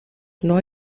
neu